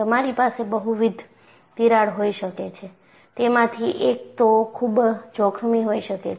તમારી પાસે બહુવિધ તિરાડ હોઈ શકે છે તેમાંથી એક તો ખુબ જોખમી હોઈ શકે છે